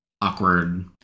awkward